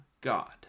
God